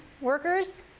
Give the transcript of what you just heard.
workers